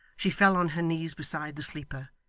she fell on her knees beside the sleeper,